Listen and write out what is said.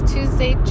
Tuesday